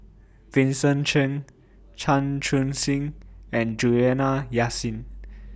Vincent Cheng Chan Chun Sing and Juliana Yasin